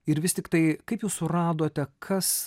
ir vis tiktai kaip jūs suradote kas